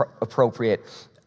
appropriate